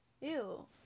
ew